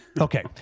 Okay